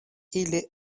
ili